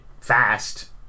fast